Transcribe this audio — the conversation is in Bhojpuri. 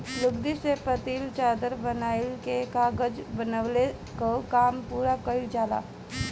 लुगदी से पतील चादर बनाइ के कागज बनवले कअ काम पूरा कइल जाला